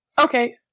Okay